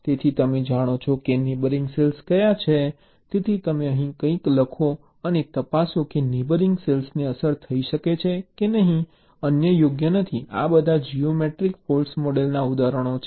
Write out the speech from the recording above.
તેથી તમે જાણો છો કે નેબરિંગ સેલ્સ કયા છે તેથી તમે અહીં કંઈક લખો અને તપાસો કે નેબરિંગ સેલ્સને અસર થઈ શકે છે કે નહીં અન્ય યોગ્ય નથી આ બધા જીઓમેટ્રીક ફૉલ્ટ્ મોડેલના ઉદાહરણો છે